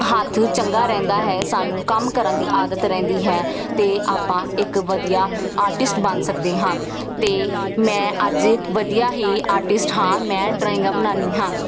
ਹੱਥ ਚੰਗਾ ਰਹਿੰਦਾ ਹੈ ਸਾਨੂੰ ਕੰਮ ਕਰਨ ਦੀ ਆਦਤ ਰਹਿੰਦੀ ਹੈ ਅਤੇ ਆਪਾਂ ਇੱਕ ਵਧੀਆ ਆਰਟਿਸਟ ਬਣ ਸਕਦੇ ਹਾਂ ਅਤੇ ਮੈਂ ਅੱਜ ਵਧੀਆ ਹੀ ਆਰਟਿਸਟ ਹਾਂ ਮੈਂ ਡਰਾਇੰਗਾਂ ਬਣਾਉਂਦੀ ਹਾਂ